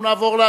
אנחנו עוברים